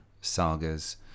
sagas